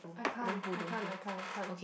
I can't I can't I can't I can't